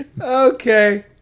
Okay